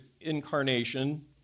incarnation